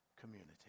community